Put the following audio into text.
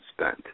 spent